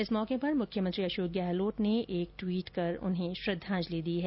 इस मौके पर मुख्यमंत्री अशोक गहलोत ने एक ट्वीट कर उन्हें श्रद्वांजलि दी है